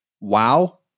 wow